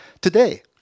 today